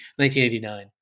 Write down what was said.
1989